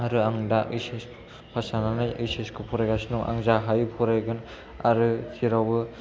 आरो आं दा एइसएस पास जानानै एइसएस खौ फरायगासिनो दं आं जा हायो फरायगोन आरो जेरावबो जा हायो